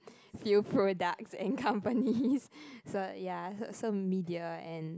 few products and companies so ya so so media and